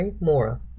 Mora